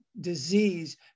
disease